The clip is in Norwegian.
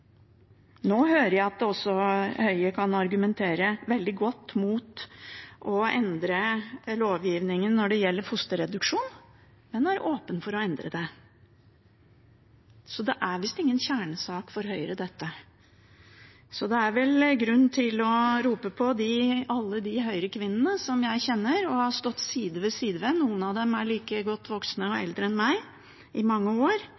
Nå hører jeg at Høie også kan argumentere veldig godt mot å endre lovgivningen når det gjelder fosterreduksjon, men er åpen for å endre den. Så det er visst ingen kjernesak for Høyre dette. Det er grunn til å rope på alle de Høyre-kvinnene som jeg kjenner, og som jeg har stått side om side med i mange år – noen av dem er like godt voksne som meg og eldre enn meg– rundt det prinsipielle i